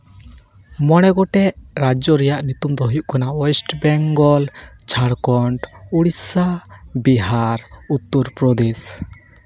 ᱢᱚᱬᱮ ᱜᱚᱴᱮᱡ ᱨᱟᱡᱽᱡᱚ ᱨᱮᱭᱟᱜ ᱧᱩᱛᱩᱢ ᱫᱚ ᱦᱩᱭᱩᱜ ᱠᱟᱱᱟ ᱳᱭᱮᱥᱴ ᱵᱮᱝᱜᱚᱞ ᱡᱷᱟᱲᱠᱷᱚᱸᱰ ᱳᱰᱤᱥᱟ ᱵᱤᱦᱟᱨ ᱩᱛᱛᱚᱨᱯᱨᱚᱫᱮᱥ